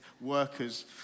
workers